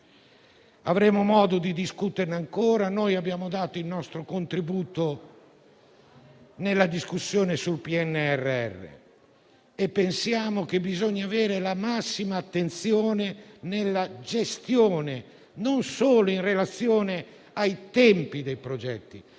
avremo modo di discuterne ancora. Noi abbiamo dato il nostro contributo nella discussione sul PNRR e pensiamo si debba avere la massima attenzione nella gestione in relazione non solo ai tempi dei progetti,